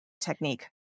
technique